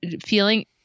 feeling